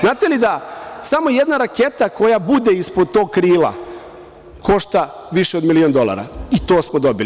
Znate li da samo jedna raketa koja bude ispod tog krila košta više od milion dolara, i to smo dobili.